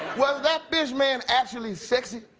was that fish man actually sexy? ooh!